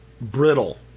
brittle